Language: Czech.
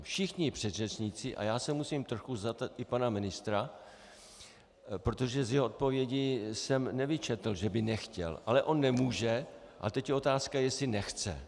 Všichni předřečníci, a já se musím trochu zastat i pana ministra, protože z jeho odpovědi jsem nevyčetl, že by nechtěl, ale on nemůže, a teď je otázka, jestli nechce.